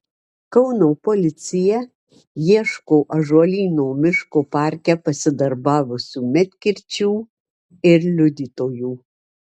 kauno policija ieško ąžuolyno miško parke pasidarbavusių medkirčių ir liudytojų